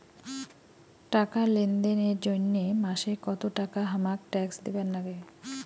টাকা লেনদেন এর জইন্যে মাসে কত টাকা হামাক ট্যাক্স দিবার নাগে?